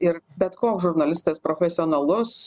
ir bet koks žurnalistas profesionalus